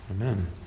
Amen